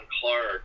Clark